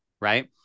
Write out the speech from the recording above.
right